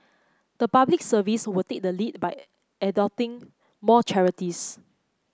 the Public Service will take the lead by adopting more charities